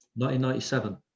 1997